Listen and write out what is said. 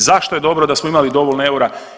I zašto je dobro da smo imali dovoljno eura?